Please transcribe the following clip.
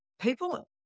people